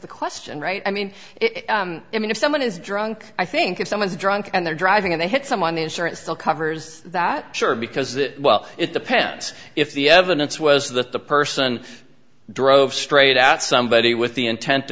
the question right i mean i mean if someone is drunk i think if someone's drunk and they're driving and they hit someone the insurance still covers that sure because well it depends if the evidence was that the person drove straight out somebody with the intent